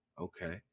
Okay